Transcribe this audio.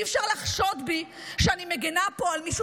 ואי-אפשר לחשוד בי שאני מגינה פה על מישהו